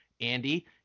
Andy